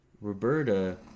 Roberta